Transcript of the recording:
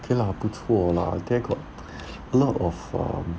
K lah 不错啦 there got a lot of um